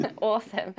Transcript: Awesome